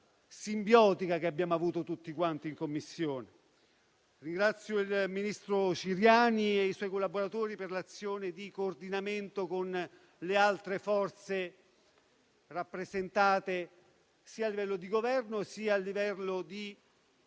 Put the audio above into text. simbiotica che abbiamo avuto tutti quanti in Commissione. Ringrazio il ministro Ciriani e i suoi collaboratori, per l'azione di coordinamento con le altre forze rappresentate, sia a livello di Governo sia a livello di